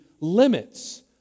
limits